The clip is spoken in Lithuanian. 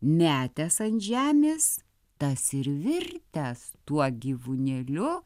metęs ant žemės tas ir virtęs tuo gyvūnėliu